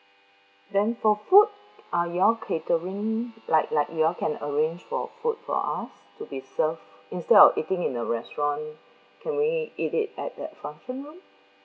then for food are you all catering like like you all can arrange for food for us to be served instead of eating in the restaurant can we eat it at that function room